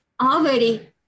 already